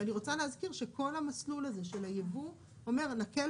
אני רוצה להזכיר שכל המסלול הזה של הייבוא אומר: נקל